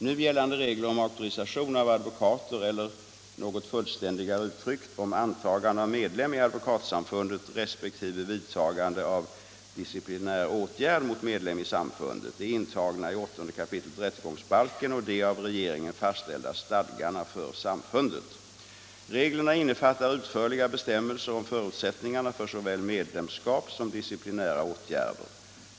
Nu gällande regler om auktorisation av advokater eller — något fullständigare uttryckt — om antagande av medlem i Advokatsamfundet resp. vidtagande av disciplinär åtgärd mot medlem i samfundet är intagna i 8 kap. rättegångsbalken och de av regeringen fastställda stadgarna för samfundet. Reglerna innefattar utförliga bestämmelser om förutsättningarna för såväl medlemskap som disciplinära åtgärder.